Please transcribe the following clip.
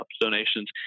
donations